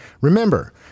Remember